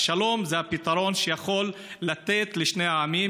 השלום זה הפתרון שיכול לתת לשני העמים,